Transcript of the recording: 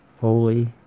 holy